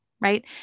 right